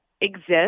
exist